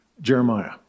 Jeremiah